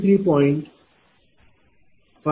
50793 70